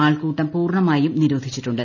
ആൾക്കൂട്ടം പൂർണമായും ന്നീർോധിച്ചിട്ടുണ്ട്